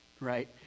right